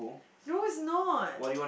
no it's no